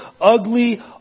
ugly